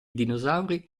dinosauri